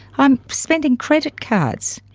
i'm spending credit cards,